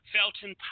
Felton